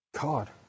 god